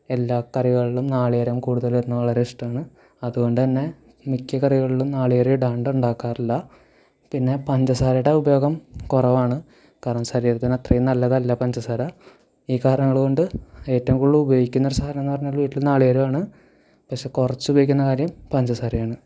എല്ലാ കറികളിലും നാളികേരം കൂടുതലിടുന്നതു വളരെ ഇഷ്ടമാണ് അതുകൊണ്ടുതന്നെ മിക്ക കറികളിലും നാളികേരം ഇടാണ്ട് ഉണ്ടാക്കാറില്ല പിന്നെ പഞ്ചസാരയുടെ ഉപയോഗം കുറവാണ് കാരണം ശരീരത്തിന് അത്രയും നല്ലതല്ല പഞ്ചസാര ഈ കാരണങ്ങള്കൊണ്ട് ഏറ്റവും കൂടുതൽ ഉപയോഗിക്കുന്ന ഒരു സാധനമെന്ന് പറഞ്ഞാല് വീട്ടില് നാളികേരമാണ് പക്ഷേ കുറച്ച് ഉപയോഗിക്കുന്ന കാര്യം പഞ്ചസാരയാണ്